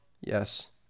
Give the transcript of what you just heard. yes